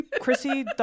Chrissy